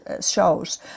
shows